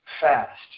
fast